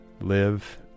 live